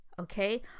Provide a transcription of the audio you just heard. okay